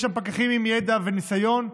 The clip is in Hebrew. יש שם פקחים עם ידע וניסיון,